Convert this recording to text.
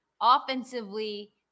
offensively